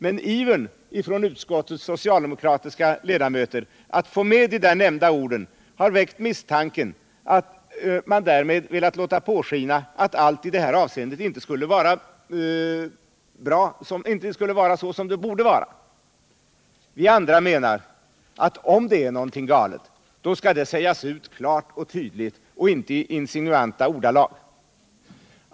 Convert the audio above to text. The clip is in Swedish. Men ivern från utskottets socialdemokratiska ledamöter att få med de nämnda orden har väckt misstanken att de därvid har velat låta påskina att allt i detta avseende inte skulle vara vad det borde vara. Vi andra menar att om det är någonting galet skall det sägas ut klart och tydligt och inte i insinuanta ordalag.